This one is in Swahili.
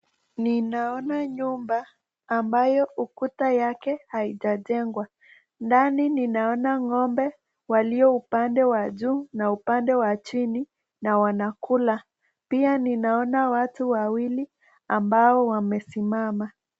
Ninaona nyumba ambayo ukuta yake haijajegwa, ndani ninaona Ng'ombe walio upande wa juu na upande wa chini na wanakula, pia ninaona watu wawili ambao wamesimama.